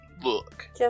Look